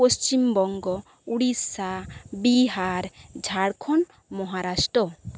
Paschimbanga Orissa Bihar Jharkhand Maharashtra